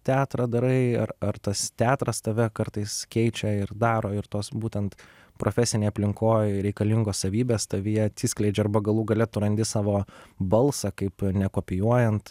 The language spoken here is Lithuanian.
teatrą darai ar ar tas teatras tave kartais keičia ir daro ir tos būtent profesinėj aplinkoj reikalingos savybės tavyje atsiskleidžia arba galų gale tu randi savo balsą kaip nekopijuojant